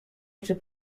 oczy